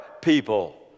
people